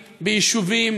ביישובים,